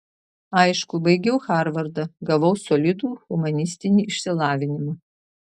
aišku baigiau harvardą gavau solidų humanistinį išsilavinimą